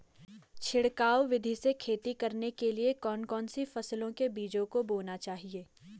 छिड़काव विधि से खेती करने के लिए कौन कौन सी फसलों के बीजों को बोना चाहिए?